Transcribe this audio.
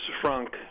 Frank